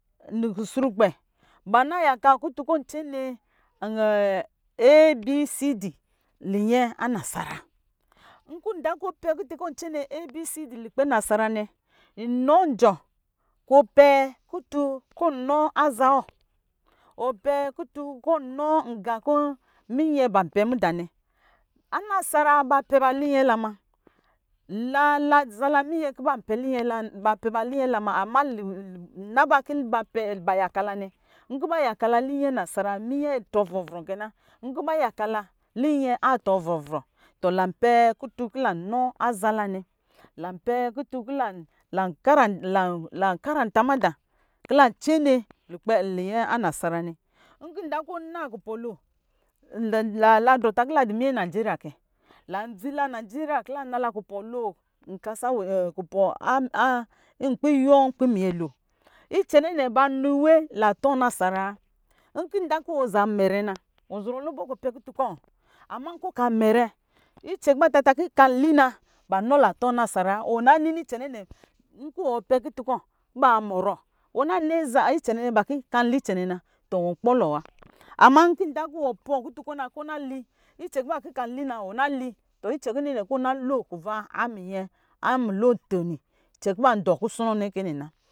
Ni kusurpɛ bana yaka kutun kɔ ɔntsene a. B. C. D, linyɛ anasasa nkɔ ava kɔ ɔpɛ kutun kɔ ɔntsene a. B. C. D, lukpɛ nasara nɛ nu ɔɔɔ kɔɔ pɛ kutu kɔ ɔnɔ aza wɔ ɔnpɛ kutun kɔ ɔnɔ gankɔ minye banpɛ mada nɛ ana sara ba pɛ ba unyɛ la ma ba pɛ ba linyɛ la ma ama nkɔ avankɔ ba yakala linyɛ anasara linyɛ atɔ frɔ vrɔ kɛ na nkɔ ba yakala linyɛ atɔ vɔvrɔ lanpɛ kutun kɔ lanɔ aza la nɛ, lanpɛ kn tun kɔ lan lan karanta mada kɔ lantsene linyɛ anasara nɛ mada kɔ lantsene linɔ yɛ anasara nɛ mkɔ idan kɔ ɔna kupɔ lo la drɔ ta kɔ la du miyɛ vajeri ya kɛ landzi la nijeriya kɔ lanala kubɔ lo nlapi iwuyɔ aminyɛ lo icɛ ninɛ ba nɔ iwe linyɛ anasara wa nkɔ idan kɔ iwɔ za mɛrɛ na wɔ zɔrɔ lubɔ kɔ ɔpɛ kutu kɔ ama nkɔ ɔka mɛrɛ icɛn kɔ bata kɔ kanli na banɔ latɔ anasara wa wɔna nini cɛnɛnɛ nkɔ wɔ pɛ kutu kɔ wɔ pɛ kutu kɔ kɔ ba mɔrɔ wɔna nini bata kɔ kanli cɛnɛ na wɔn kpɔlɔ wa ama nkɔ wɔ pɔɔ kutu kɔ na kɔ na li icɛnkɔ ba ta kɔ kanli na wɔ na li tɔ icɛnkɔ ɔn losɛ kuva mulo toni cɛnɛ kɔ ba dɔ kusɔnɔ nɛ kɛ nɛ na.